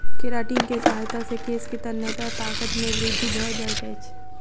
keratin के सहायता से केश के तन्यता ताकत मे वृद्धि भ जाइत अछि